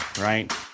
right